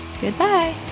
Goodbye